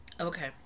Okay